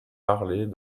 parlées